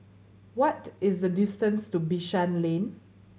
what is the distance to Bishan Lane